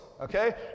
okay